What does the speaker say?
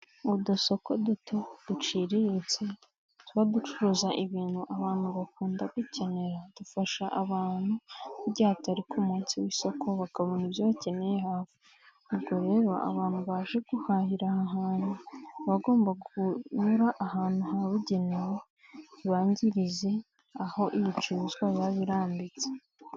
Udusoko duto duciriritse, tuba ducuruza ibintu abantu bakunda kwikenera, dufasha abantu igihe atari ku munsi w'isoko, bakabona ibyo bakeneye hafi. Ubwo rero abantu baje guhahira aha hantu baba bagomba kunyura ahantu habugenewe, ntibangirize aho ibicuruzwa baba birambitse.